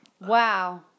wow